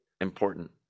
Important